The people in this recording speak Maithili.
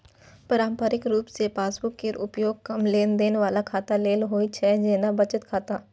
पारंपरिक रूप सं पासबुक केर उपयोग कम लेनदेन बला खाता लेल होइ छै, जेना बचत खाता